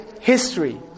history